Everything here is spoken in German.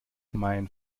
mein